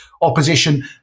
opposition